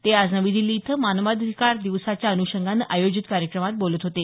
ते आज नवी दिल्ली इथं मानवाधिकार दिवसाच्या अनुषंगानं आयोजित कार्यक्रमात बोलत होते